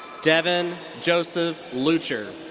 devin joseph lutcher.